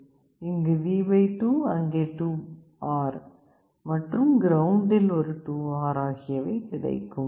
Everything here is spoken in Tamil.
இங்கு V2 அங்கே 2R மற்றும் கிரவுண்டில் ஒரு 2R ஆகியவை கிடைக்கும்